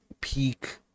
peak